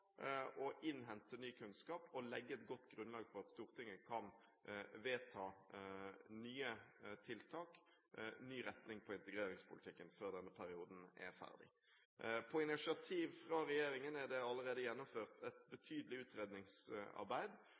å innhente ny kunnskap og legge et godt grunnlag for at Stortinget kan vedta nye tiltak, finne en ny retning på integreringspolitikken før denne perioden er ferdig. På initiativ fra regjeringen er det allerede gjennomført et betydelig utredningsarbeid,